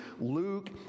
Luke